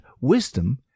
wisdom